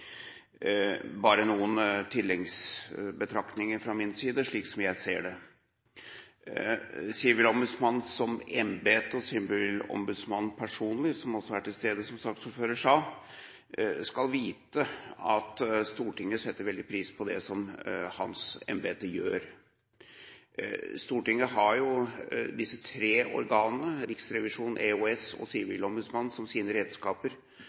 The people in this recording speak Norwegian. Bare noen tilleggsbetraktninger fra min side, slik som jeg ser det: Sivilombudsmannen som embete og sivilombudsmannen personlig, som også er til stede, som saksordføreren sa, skal vite at Stortinget setter veldig pris på det som hans embete gjør. Stortinget har disse tre organene, Riksrevisjonen, EOS og Sivilombudsmannen, som sine redskaper